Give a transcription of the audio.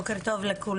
בוקר טוב לכולם,